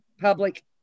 public